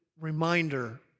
reminder